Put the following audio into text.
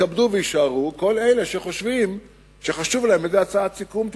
ויתכבדו ויישארו כל אלה שחשוב להם איזו הצעת סיכום תתקבל.